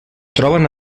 troben